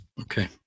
Okay